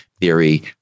theory